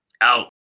Out